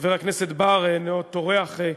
חבר הכנסת בר איננו טורח,